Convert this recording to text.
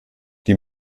die